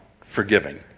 forgiving